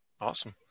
awesome